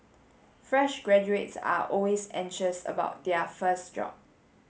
fresh graduates are always anxious about their first job